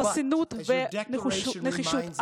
לחוסן ולנחישות.